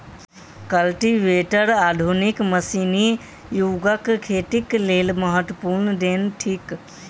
cultivator आधुनिक मशीनी युगक खेतीक लेल महत्वपूर्ण देन थिक